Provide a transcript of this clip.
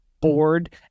bored